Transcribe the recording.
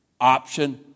option